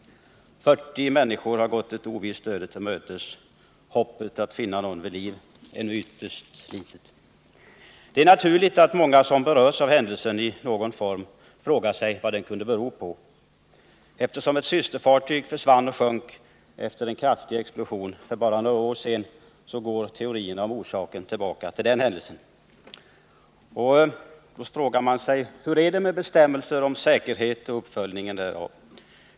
40 människor har gått ett ovisst öde till mötes. Hoppet att finna någon vid liv är nu ytterst litet. Det är naturligt att alla som i någon form berörs av händelsen frågar sig vad den kan bero på. Eftersom ett systerfartyg sjönk efter en kraftig explosion för bara några år sedan går teorierna om orsaken tillbaka till den händelsen. Man frågar sig då: Hur är det med bestämmelserna om säkerheten och med uppföljningen av dem?